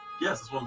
Yes